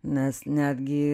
nes netgi